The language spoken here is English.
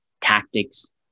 tactics